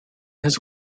his